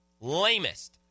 lamest